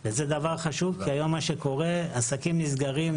כי כיום עסקים נסגרים,